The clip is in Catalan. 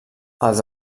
els